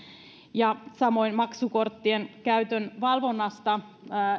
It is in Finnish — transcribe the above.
samoin maksukorttien käytön valvonnasta